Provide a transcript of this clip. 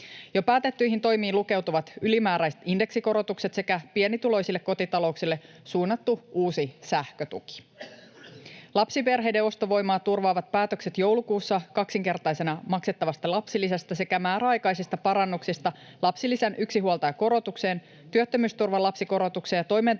Jo päätettyihin toimiin lukeutuvat ylimääräiset indeksikorotukset sekä pienituloisille kotitalouksille suunnattu uusi sähkötuki. Lapsiperheiden ostovoimaa turvaavat päätökset joulukuussa kaksinkertaisena maksettavasta lapsilisästä sekä määräaikaisista parannuksista lapsilisän yksinhuoltajakorotukseen, työttömyysturvan lapsikorotukseen ja toimeentulotuen